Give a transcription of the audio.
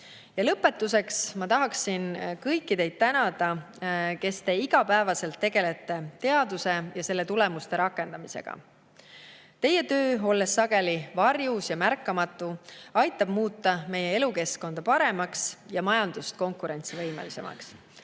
lõpetuseks ma tahaksin tänada kõiki teid, kes te igapäevaselt tegelete teaduse ja selle tulemuste rakendamisega. Teie töö, olles sageli varjus ja märkamatu, aitab muuta meie elukeskkonda paremaks ja majandust konkurentsivõimelisemaks.